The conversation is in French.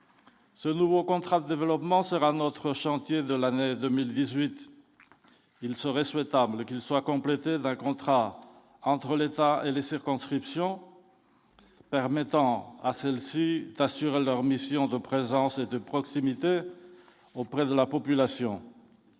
Ce nouveau contrat développement sera notre chantier de l'année 2018, il serait souhaitable qu'il soit complété d'un contrat entre l'État et les circonscriptions permettant à celles-ci assurent leur mission de présence et de proximité auprès de la population,